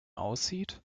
aussieht